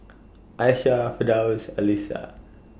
Aishah Firdaus Alyssa